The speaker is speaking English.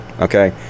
Okay